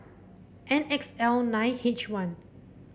N X L nine H one